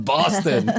Boston